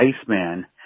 Iceman